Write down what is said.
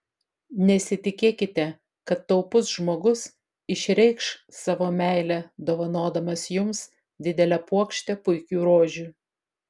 nesitikėkite kad taupus žmogus išreikš savo meilę dovanodamas jums didelę puokštę puikių rožių